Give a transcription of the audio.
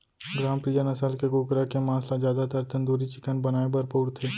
ग्रामप्रिया नसल के कुकरा के मांस ल जादातर तंदूरी चिकन बनाए बर बउरथे